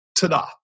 Ta-da